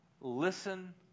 listen